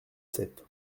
sept